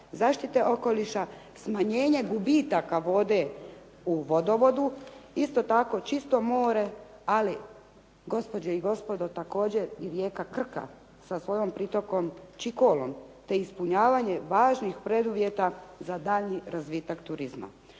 zaštite okoliša, smanjenja gubitaka vode u vodovodu, isto tako čisto more, ali gospođe i gospodo također i rijeka Krka sa svojom pritokom Čikolom te ispunjavanje važnih preduvjeta za daljnji razvitak turizma.